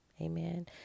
Amen